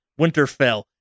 Winterfell